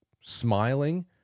smiling